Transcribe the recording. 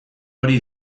hori